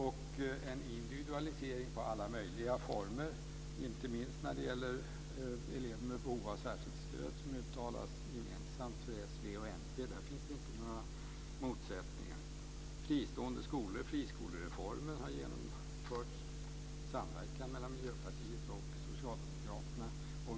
Det är en individualisering i olika former, inte minst när det gäller elever med behov av särskilt stöd som uttalas gemensamt av s, v och mp. Där finns det inte några motsättningar. Friskolereformen har genomförts i samverkan mellan Miljöpartiet och Socialdemokraterna.